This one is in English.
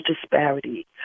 disparity